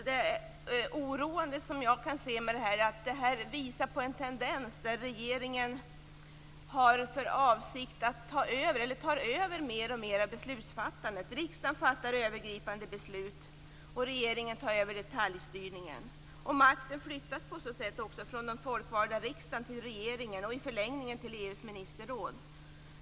Det oroande är att detta visar på en tendens att regeringen har för avsikt att ta över mer och mer av beslutsfattandet. Riksdagen fattar övergripande beslut medan regeringen tar över detaljstyrningen. På så sätt flyttas makten från den folkvalda riksdagen till regeringen och i förlängningen till EU:s ministerråd.